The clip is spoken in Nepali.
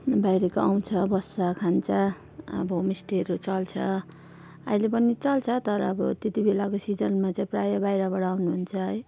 बाहिरको आउँछ बस्छ खान्छ अब होमस्टेहरू चल्छ अहिले पनि चल्छ तर अब त्यतिबेलाको सिजनमा चाहिँ प्रायः बाहिरबाट आउनुहुन्छ है